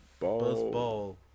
Buzzball